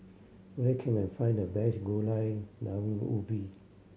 where can I find the best Gulai Daun Ubi